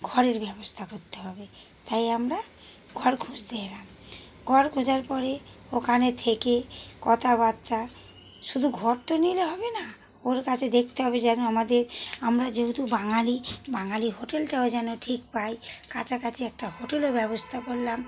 ঘরের ব্যবস্থা করতে হবে তাই আমরা ঘর খুঁজতে এলাম ঘর খোঁজার পরে ওখানে থেকে কথাবার্তা শুধু ঘর তো নিলে হবে না ওর কাছে দেখতে হবে যেন আমাদের আমরা যেহেতু বাঙালি বাঙালি হোটেলটাও যেন ঠিক পাই কাছাকাছি একটা হোটেলের ব্যবস্থা করলাম